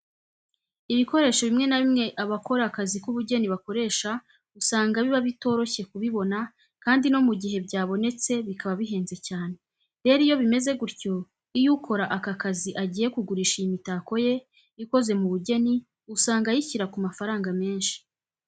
Ibikoresho bimwe na bimwe abakora akazi ku bugeni bakoresha usanga biba bitoroshye kubibona kandi no mu gihe byabonetse bikaba bihenze cyane. Rero iyo bimeze gutyo, iyo ukora aka kazi agiye kugurisha iyi mitako ye ikoze mu bugeni, usanga ayishyira ku mafaranga menshi.